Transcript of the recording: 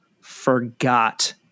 forgot